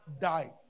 die